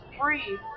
free